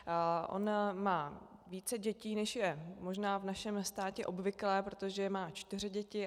On má více dětí, než je možná v našem státě obvyklé, protože má čtyři děti.